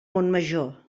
montmajor